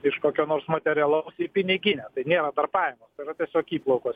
iš kokio nors materialaus į piniginę tai nėra dar pajamos tai yra tiesiog įplaukos